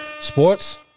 Sports